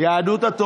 קרן ברק,